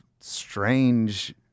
strange